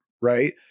right